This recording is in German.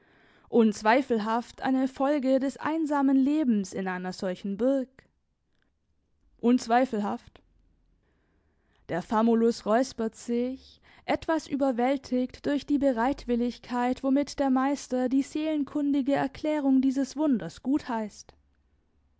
unzweifelhaft eine folge des einsamen lebens in einer solchen burg unzweifelhaft der famulus räuspert sich etwas überwältigt durch die bereitwilligkeit womit der meister die seelenkundige erklärung dieses wunders gutheißt